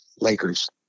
Lakers